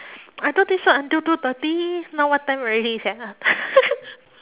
I don't think so until two thirty now what time already sia